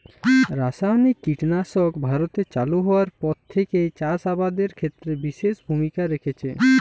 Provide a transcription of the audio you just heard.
রাসায়নিক কীটনাশক ভারতে চালু হওয়ার পর থেকেই চাষ আবাদের ক্ষেত্রে বিশেষ ভূমিকা রেখেছে